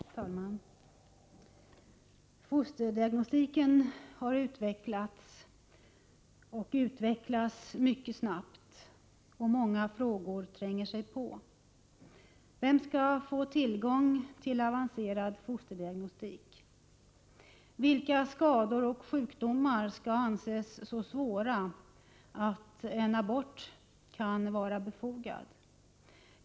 Fru talman! Fosterdiagnostiken har utvecklats — och utvecklas — mycket snabbt. Många frågor tränger sig på. Vem skall få tillgång till avancerad fosterdiagnostik? Vilka skador och sjukdomar skall anses så svåra att en abort kan vara befogad?